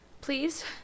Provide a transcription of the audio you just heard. Please